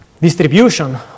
distribution